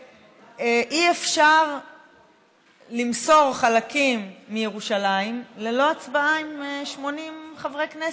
שאי-אפשר למסור חלקים מירושלים ללא הצבעה עם 80 חברי כנסת.